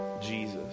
Jesus